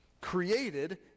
Created